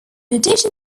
addition